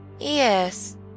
Yes